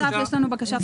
בסעיף 2(1)(א),